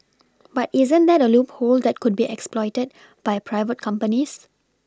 but isn't that a loophole that could be exploited by private companies